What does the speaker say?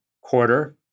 quarter